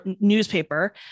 newspaper